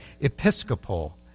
Episcopal